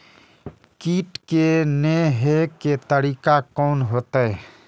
कीट के ने हे के तरीका कोन होते?